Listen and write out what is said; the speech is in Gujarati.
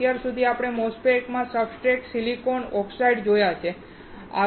અત્યાર સુધી આપણે MOSFET માં સબસ્ટ્રેટ સિલિકોન અને ઓક્સાઇડ જોયા છે